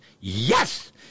yes